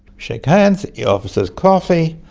shake hands, he offers us coffee,